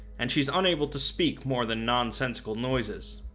and she's unable to speak more than nonsensical noises.